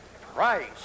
Price